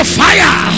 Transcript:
fire